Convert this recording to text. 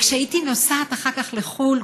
כשהייתי נוסעת אחר כך לחו"ל,